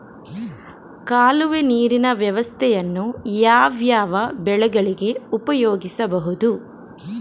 ಕಾಲುವೆ ನೀರಿನ ವ್ಯವಸ್ಥೆಯನ್ನು ಯಾವ್ಯಾವ ಬೆಳೆಗಳಿಗೆ ಉಪಯೋಗಿಸಬಹುದು?